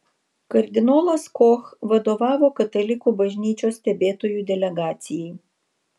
kardinolas koch vadovavo katalikų bažnyčios stebėtojų delegacijai